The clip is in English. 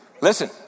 Listen